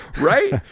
Right